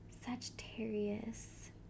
Sagittarius